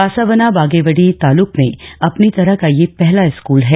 बासावनाबागेवडी तालक में अपनी तरह का यह पहला स्कूल है